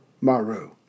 Maru